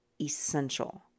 essential